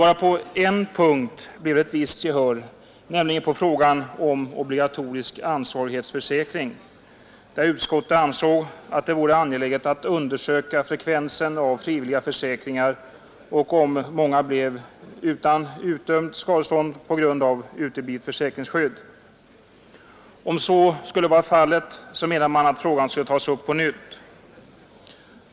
Bara på en punkt blev det ett visst gehör, nämligen i fråga om obligatorisk ansvarsförsäkring, där utskottet ansåg att det vore angeläget att undersöka frekvensen av frivilliga försäkringar och om många blev utan skadestånd på grund av uteblivet försäkringsskydd. Om så var fallet menade man att frågan skulle tas upp på nytt.